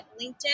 LinkedIn